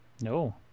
No